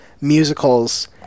musicals